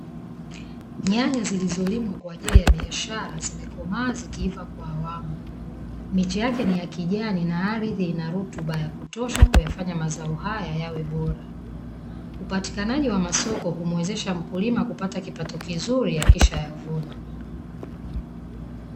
Nyanya zilizolimwa kwajili ya biashara zimekomaa zikiliva kwa awamu, miche yake ni ya kijani na ardhi inarutuba ya kutosha kuyafanya mazao haya kuwa bora na upatikanaji masoko kwa mazao haya yakishavunwa.